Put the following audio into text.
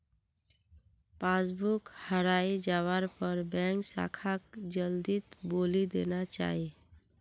passbook हराई जवार पर बैंक शाखाक जल्दीत बोली देना चाई